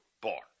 bar